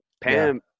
pam